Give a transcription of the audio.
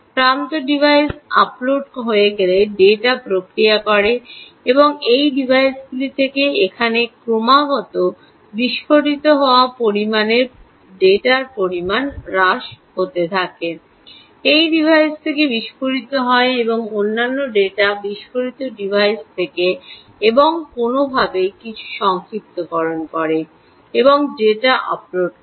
প্রান্ত device upload হয়ে গেলে ডেটা প্রক্রিয়া করে এবং এই ডিভাইসগুলি থেকে এখানে ক্রমাগত বিস্ফোরিত হওয়া পরিমাণের পরিমাণ হ্রাস করে এই ডিভাইস থেকে বিস্ফোরিত হয় এই অন্যান্য ডেটা বিস্ফোরিত ডিভাইস এবং কোনওভাবে কিছু সংক্ষিপ্তকরণ করে এবং ডেটা আপলোড করে